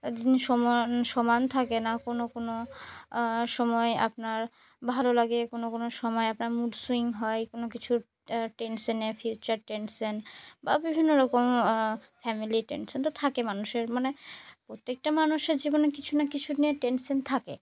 দিন সমান সমান থাকে না কোনো কোনো সময় আপনার ভালো লাগে কোনো কোনো সময় আপনার মুড সুইং হয় কোনো কিছুর টেনশানে ফিউচার টেনশান বা বিভিন্ন রকম ফ্যামিলি টেনশান তো থাকে মানুষের মানে প্রত্যেকটা মানুষের জীবনে কিছু না কিছু নিয়ে টেনশান থাকে